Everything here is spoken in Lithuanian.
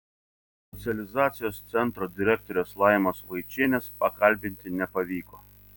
socializacijos centro direktorės laimos vaičienės pakalbinti nepavyko